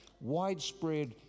widespread